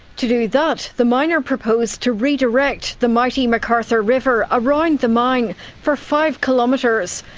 to do that, the miner proposed to redirect the mighty mcarthur river around the mine for five kilometres,